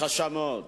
קשה מאוד.